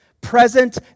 present